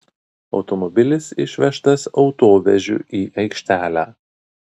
automobilis išvežtas autovežiu į aikštelę